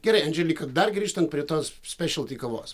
gerai lyg dar grįžtant prie tos spešelty kavos